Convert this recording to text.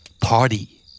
Party